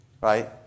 Right